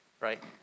right